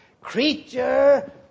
creature